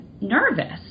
nervous